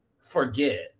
forget